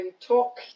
talk